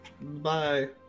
Bye